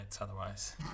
otherwise